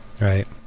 Right